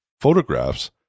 photographs